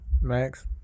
Max